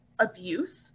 abuse